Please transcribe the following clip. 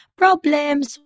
problems